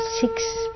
six